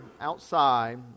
outside